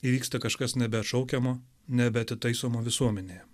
įvyksta kažkas nebeatšaukiamo nebeatitaisomo visuomenėje